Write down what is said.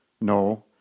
No